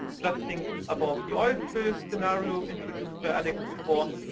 just think about the oil spill scenario introduced by alex before.